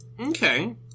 Okay